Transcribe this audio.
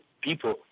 people